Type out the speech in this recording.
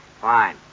Fine